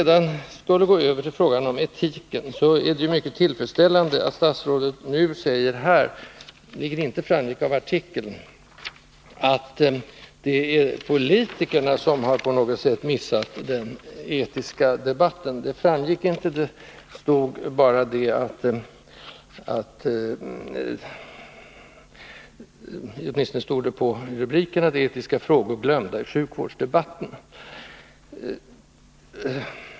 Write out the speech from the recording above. Det är tillfredsställande att statsrådet i fråga om etiken nu säger — vilket inte framgick av artikeln — att det är politikerna som på något sätt har missat den etiska debatten. I rubriken till artikeln stod det bara ”Etiska frågor glömda i sjukvårdsdebatten”.